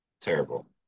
terrible